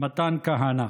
מתן כהנא.